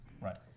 Right